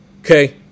Okay